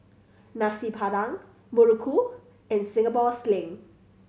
Nasi Padang muruku and Singapore Sling